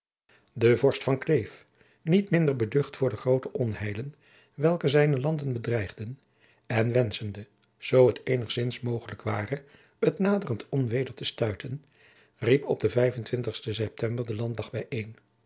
de vorst van kleef niet minder beducht voor de groote onheilen welke zijne landen bedreigden en wenschende zoo t eenigzins mogelijk ware het naderend onweder te stuiten riep op den vijfentwintigsten eptember de landdag bijeen